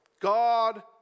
God